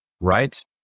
right